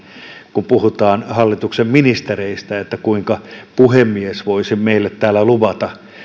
kun puhutaan hallituksen ministereistä eli kuinka puhemies voi sen meille täällä luvata